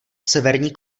severní